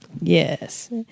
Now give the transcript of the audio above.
Yes